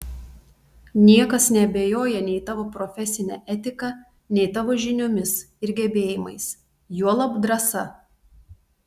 niekas neabejoja nei tavo profesine etika nei tavo žiniomis ir gebėjimais juolab drąsa